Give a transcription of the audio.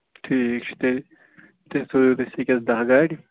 ٹھیٖک چھُ تیٚلہِ تُہۍ تھٲوِو سٮ۪کٮ۪س دَہ گاڑِ